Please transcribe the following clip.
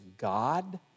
God